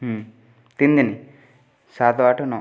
ହୁଁ ତିନ ଦିନ ସାତ ଆଠ ନଅ